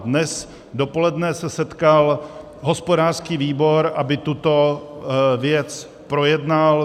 Dnes dopoledne se setkal hospodářský výbor, aby tuto věc projednal.